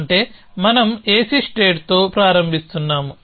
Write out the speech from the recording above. అంటే మనం AC state తో ప్రారంభిస్తున్నాము